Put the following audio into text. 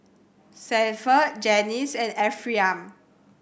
Sanford Janyce and Ephriam